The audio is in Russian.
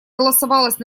голосовалась